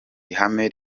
ihame